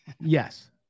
Yes